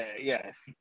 Yes